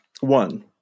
One